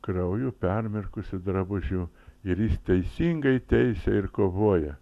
krauju permirkusiu drabužiu ir jis teisingai teisia ir kovoja